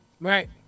Right